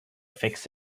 fix